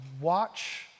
watch